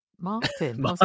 martin